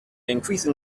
increasing